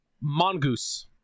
Mongoose